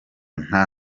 nta